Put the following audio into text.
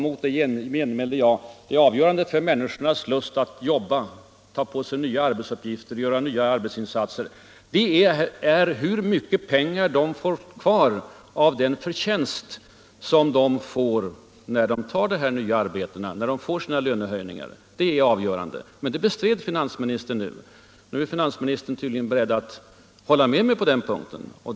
Mot det genmälde jag: Det avgörande för människornas lust att jobba, att ta på sig nya arbetsuppgifter och att göra nya arbetsinsatser, det är hur mycket pengar det blir kvar av förtjänsten när de tar de nya arbetena och när de får sina lönehöjningar. Men det bestred finansministern. Nu är finansministern tydligen beredd att hålla med mig på denna punkt.